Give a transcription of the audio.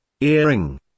earring